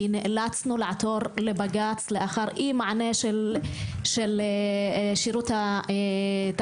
כי נאלצנו לעתור לבג"ץ לאחר אי מענה של שירות התעסוקה.